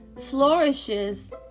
flourishes